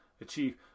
achieve